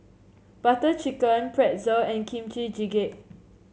Butter Chicken Pretzel and Kimchi Jjigae